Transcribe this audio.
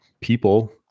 people